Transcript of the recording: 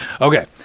Okay